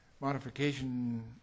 modification